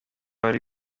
wari